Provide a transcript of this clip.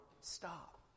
stop